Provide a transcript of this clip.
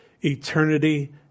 Eternity